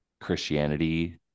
Christianity